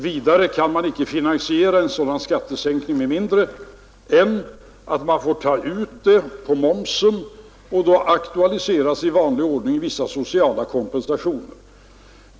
Vidare kan man icke finansiera en sådan skattesänkning med mindre än att man får ta ut pengarna på momsen, och då aktualiseras i vanlig ordning frågan om vissa sociala kompensationer.